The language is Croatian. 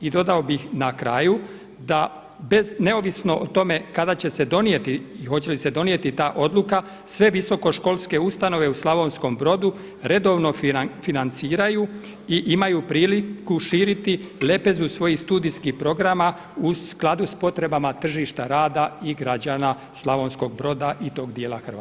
I dodao bih na kraju da bez neovisno o tome kada će se donijeti i hoće li se donijeti ta odluka sve visoko školske ustanove u Slavonskom Brodu redovno financiraju i imaju priliku širiti lepezu svojih studijskih programa u skladu sa potrebama tržišta rada i građana Slavonskog Broda i tog dijela Hrvatske.